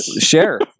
share